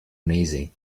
uneasy